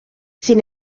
sin